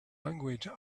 language